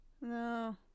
No